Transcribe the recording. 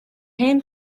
hen